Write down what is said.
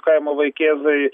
kaimo vaikėzai